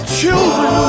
children